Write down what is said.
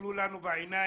תסתכלו לנו בעיניים